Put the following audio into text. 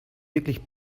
wirklich